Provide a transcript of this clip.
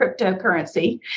cryptocurrency